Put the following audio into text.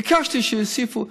ביקשתי שיוסיפו.